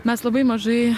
mes labai mažai